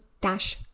dash